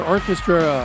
Orchestra